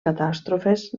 catàstrofes